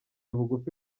bugufi